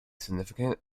significant